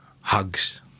hugs